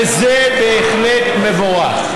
וזה בהחלט מבורך.